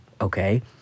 Okay